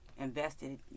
Invested